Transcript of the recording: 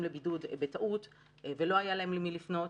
לבידוד בטעות ולא היה להם למי לפנות.